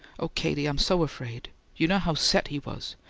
oh, katie, i'm so afraid. you know how set he was,